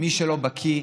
מי שלא בקי,